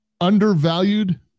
undervalued